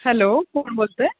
hello कोण बोलतं आहे